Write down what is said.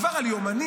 עבר על יומנים.